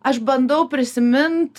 aš bandau prisimint